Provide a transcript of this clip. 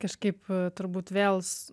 kažkaip turbūt vėl s